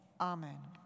amen